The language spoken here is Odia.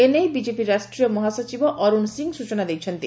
ଏନେଇ ବିଜେପି ରାଷ୍ଟ୍ରୀୟ ମହାସଚିବ ଅରୁଶ ସିଂହ ସ୍ଚନା ଦେଇଛନ୍ତି